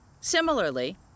Similarly